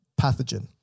pathogen